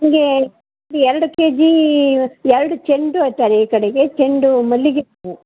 ನಮಗೆ ಎರ್ಡು K G ಎರಡು ಚೆಂಡು ಹೇಳ್ತಾರೆ ಈ ಕಡೆಗೆ ಚೆಂಡು ಮಲ್ಲಿಗೆ ಹೂ